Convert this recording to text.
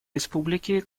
республики